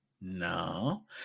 No